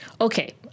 okay